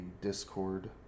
discord